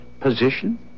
position